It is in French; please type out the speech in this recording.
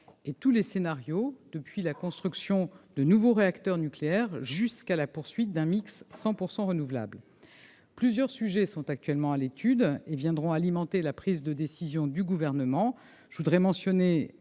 et tous les scénarios, depuis la construction de nouveaux réacteurs nucléaires jusqu'à la poursuite d'un mix 100 % renouvelable. Plusieurs sujets sont actuellement à l'étude, qui nourriront la prise de décision du Gouvernement. Je pense en particulier